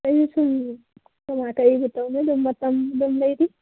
ꯑꯩꯁꯨ ꯁꯨꯝ ꯀꯔꯤꯕꯨ ꯇꯧꯅꯤ ꯑꯗꯨꯝ ꯃꯇꯝ ꯑꯗꯨꯝ ꯂꯩꯔꯤ